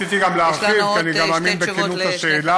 ניסיתי גם להרחיב, כי אני מאמין בכנות השאלה.